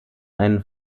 einen